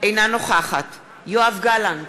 אינה נוכחת יואב גלנט,